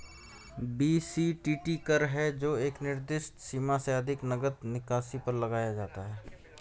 BCTT कर है जो एक निर्दिष्ट सीमा से अधिक नकद निकासी पर लगाया जाता है